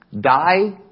die